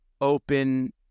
open